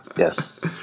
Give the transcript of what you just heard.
Yes